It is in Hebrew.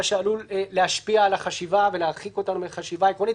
מה שעלול להשפיע על החשיבה ולהרחיק אותנו מחשיבה עקרונית.